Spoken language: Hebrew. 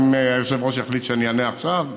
אם היושב-ראש יחליט שאני אענה עכשיו,